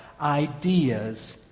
Ideas